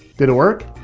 did it work?